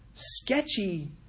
Sketchy